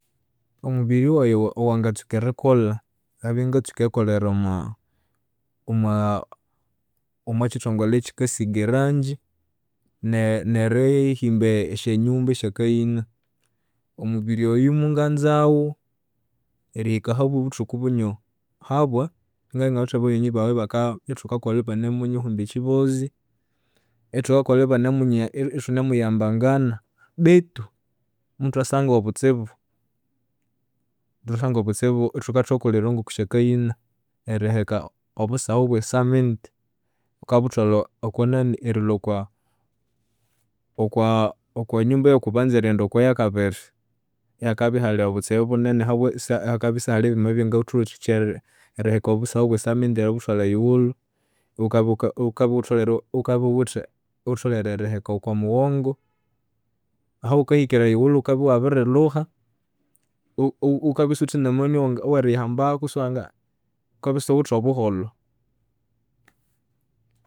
Omubiriwayi owa- owangatsuka erikolha, nabya ingakolera omwa omwakyithongole ekyikasiga e ranji ne- nerihimba esyanyumba esyakaina. Omubiri oyu munganzaghu erihika ahabwobuthu bunyoho, habawa, inagabya ingawithe banyoni bayi iba, ithukakolha ibanimunyihumba ekyibozi, ithukakolha ithunemuyambangana betu muthwasanga obutsibu, muthwasanga obutsibu ithukabya thukakolera ngokwa syakaina, eriheka obusahu obwe cement ghukabuthwalha okwanani, erilhwa okwanyumba oyukubanza erighnde okwayakabiri, ihakabya ihali obutsibu bunene, ihakabya isihali byuma ebyangathuwathikya eriheka obusahu obwe cement eributhwalha eyighulhu. Ighukabya ighutholere eriheka okwamughongo, ahaghukahikira eyighulhu ighukabya iwabirilhuha ighukabya isighuwithe namani aweriyihamba, ighukabya isighuwithe obuholho.